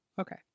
Okay